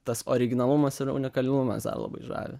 tas originalumas ir unikalumas dar labai žavi